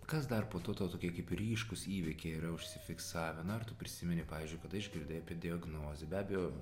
kas dar po to tau tokį ryškūs įvykiai yra užsifiksavę na ar tu prisimeni pavyzdžiui kada išgirdai apie diagnozę be abejo